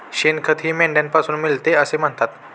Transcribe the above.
शेणखतही मेंढ्यांपासून मिळते असे म्हणतात